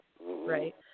right